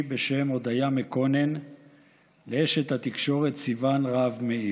בשם הודיה מקונן לאשת התקשורת סיון רהב מאיר: